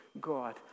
God